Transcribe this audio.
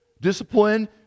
Discipline